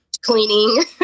cleaning